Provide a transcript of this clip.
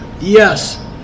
Yes